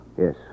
Yes